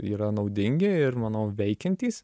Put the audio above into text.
yra naudingi ir manau veikiantys